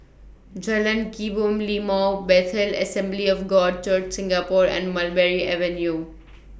Jalan Kebun Limau Bethel Assembly of God Church Singapore and Mulberry Avenue